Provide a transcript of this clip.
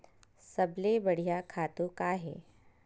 सबले बढ़िया खातु का हे?